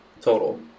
total